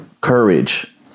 courage